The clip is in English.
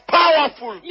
powerful